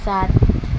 सात